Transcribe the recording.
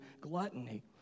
gluttony